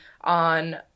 on